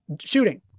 Shooting